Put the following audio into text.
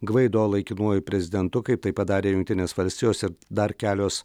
gvaido laikinuoju prezidentu kaip tai padarė jungtinės valstijos ir dar kelios